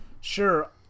sure